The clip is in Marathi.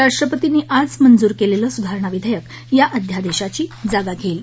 राष्ट्रपतींनी आज मंजूर केलेलं सुधारणा विधेयक या अध्यादेशाची जागा घेईल